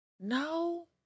No